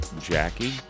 Jackie